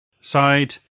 side